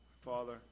Father